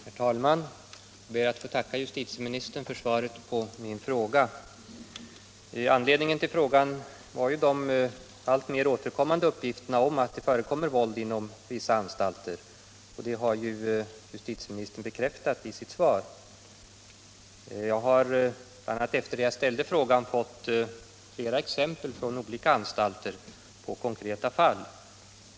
Herr talman! Jag ber att få tacka justitieministern för svaret på mina frågor. Anledningen till att jag ställde dem var de allt oftare återkommande uppgifterna om att det förekommer våld inom vissa anstalter. Detta har justitieministern också bekräftat i sitt svar. Sedan jag ställde frågan har jag fått flera exempel från olika anstalter på konkreta fall.